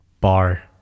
Bar